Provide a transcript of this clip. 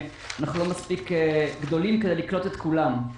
אנחנו לא מספיק גדולים כדי לקלוט את כולם,